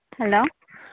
hello